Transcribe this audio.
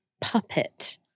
puppet